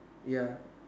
ya